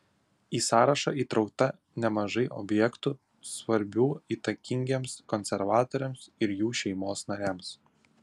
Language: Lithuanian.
į sąrašą įtraukta nemažai objektų svarbių įtakingiems konservatoriams ir jų šeimos nariams